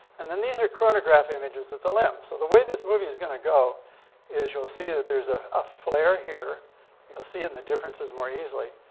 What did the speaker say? and then these are chronograph images at the limb. so the way this movie is gonna go is you'll see that there's a a flare here. and you'll see it and the differences more easily.